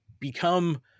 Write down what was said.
become